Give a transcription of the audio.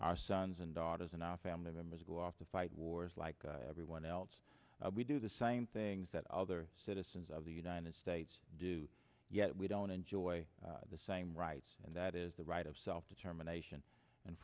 our sons and daughters in our family members go off to fight wars like everyone else we do the same things that other citizens of the united states do yet we don't enjoy the same rights and that is the right of self determination and